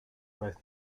both